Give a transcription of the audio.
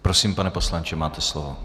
Prosím, pane poslanče, máte slovo.